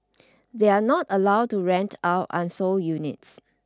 they are not allowed to rent out unsold units